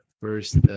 First